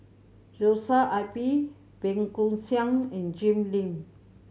Joshua I P Bey Koo Siang and Jim Lim